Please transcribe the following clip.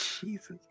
Jesus